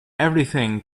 everything